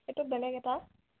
এইটো বেলেগ এটা